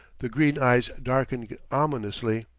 the green eyes darkened ominously.